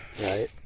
Right